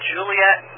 Juliet